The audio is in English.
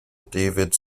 david’s